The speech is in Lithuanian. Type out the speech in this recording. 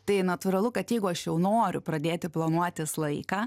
tai natūralu kad jeigu aš jau noriu pradėti planuotis laiką